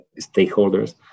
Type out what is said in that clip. stakeholders